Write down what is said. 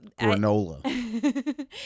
granola